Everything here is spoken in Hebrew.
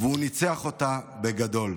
והוא ניצח אותה בגדול.